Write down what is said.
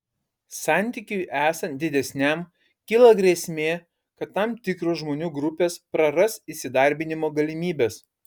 santykiui esant didesniam kyla grėsmė kad tam tikros žmonių grupės praras įsidarbinimo galimybes